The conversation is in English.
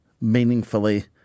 meaningfully